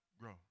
Grow